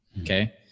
Okay